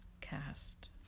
cast